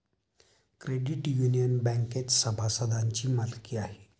credit union बँकेत सभासदांची मालकी आहे